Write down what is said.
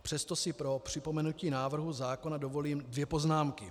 Přesto si pro připomenutí návrhu zákona dovolím dvě poznámky.